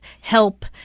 help